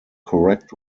correct